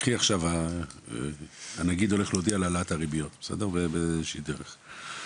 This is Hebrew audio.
קחי עכשיו דוגמא שהנגיד הולך להודיע על העלאת הריביות באיזושהי דרך,